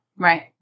Right